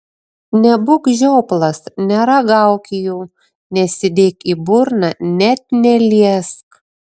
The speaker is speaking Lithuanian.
nebūk žioplas neragauk jų nesidėk į burną net neliesk